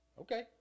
Okay